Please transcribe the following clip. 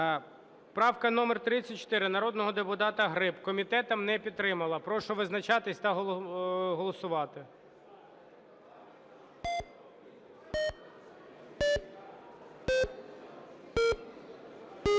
Правка номер 34 народного депутата Гриб. Комітетом не підтримана. Прошу визначатись та голосувати.